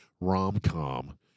rom-com